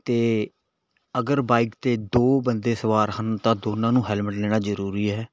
ਅਤੇ ਅਗਰ ਬਾਈਕ 'ਤੇ ਦੋ ਬੰਦੇ ਸਵਾਰ ਹਨ ਤਾਂ ਦੋਨਾਂ ਨੂੰ ਹੈਲਮਟ ਲੈਣਾ ਜ਼ਰੂਰੀ ਹੈ